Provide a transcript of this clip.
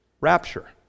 rapture